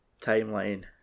timeline